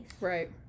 Right